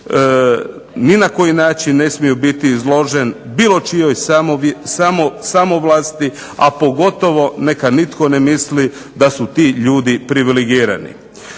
ni na koji način ne smiju biti izložen bilo čijoj samovlasti, a pogotovo neka nitko ne misli da su ti ljudi privilegirani,